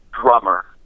drummer